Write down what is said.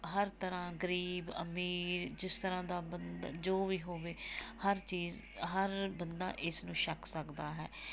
ਹਰ ਤਰ੍ਹਾਂ ਗਰੀਬ ਅਮੀਰ ਜਿਸ ਤਰ੍ਹਾਂ ਦਾ ਬੰਦ ਜੋ ਵੀ ਹੋਵੇ ਹਰ ਚੀਜ਼ ਹਰ ਬੰਦਾ ਇਸ ਨੂੰ ਛਕ ਸਕਦਾ ਹੈ